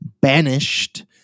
banished